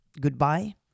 goodbye